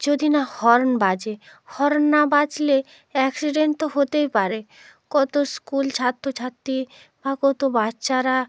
যদি না হর্ন বাজে হর্ন না বাজলে অ্যাক্সিডেন্ট তো হতেই পারে কত স্কুল ছাত্র ছাত্রী বা কত বাচ্চারা